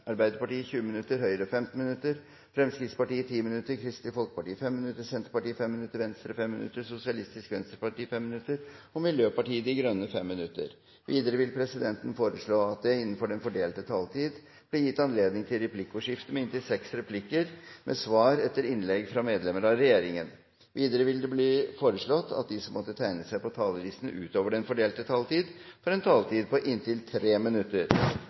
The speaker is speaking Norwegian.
Arbeiderpartiet 20 minutter, Høyre 15 minutter, Fremskrittspartiet 10 minutter, Kristelig Folkeparti 5 minutter, Senterpartiet 5 minutter, Venstre 5 minutter, Sosialistisk Venstreparti 5 minutter og Miljøpartiet De Grønne 5 minutter. Videre vil presidenten foreslå at det blir gitt anledning til replikkordskifte på inntil seks replikker med svar etter innlegg fra medlemmer av regjeringen innenfor den fordelte taletid. Videre blir det foreslått at de som måtte tegne seg på talerlisten utover den fordelte taletid, får en taletid på inntil 3 minutter.